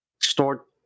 start